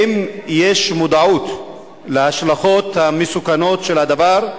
1. האם יש מודעות להשלכות המסוכנות של הדבר?